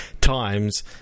times